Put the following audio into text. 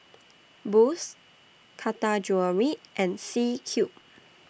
Boost Taka Jewelry and C Cube